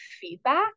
feedback